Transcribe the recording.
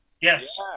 Yes